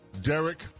Derek